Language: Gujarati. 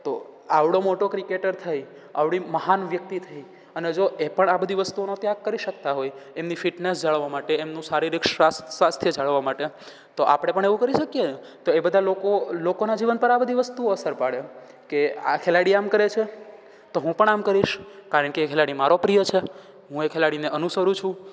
તો આવડો મોટો ક્રિકેટર થઈ આવડી મહાન વ્યક્તિ થઈ અને જો એ પણ આ બધી વસ્તીઓનો ત્યાગ કરી શકતા હોય એમની ફિટનેસ જાળવવા માટે એમનું શારીરિક શ્વાસ્થ સ્વાસ્થ્ય જાળવવા માટે તો આપણે પણ એવું કરી શકીએને તો એ બધા લોકો લોકોના જીવન પર આ બધી વસ્તુ અસર પાડે કે આ ખેલાડી આમ કરે છે તો હું પણ આમ કરીશ કારણ કે એ ખેલાડી મારો પ્રિય છે હું એ ખેલાડીને અનુસરું છું